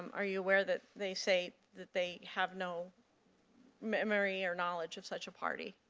are you aware that they say that they have no memory or knowledge of such a party.